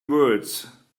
words